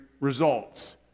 results